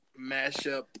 mashup